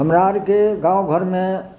हमरा आओरके गाँव घरमे